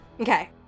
Okay